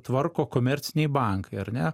tvarko komerciniai bankai ar ne